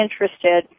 interested